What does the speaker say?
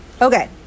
okay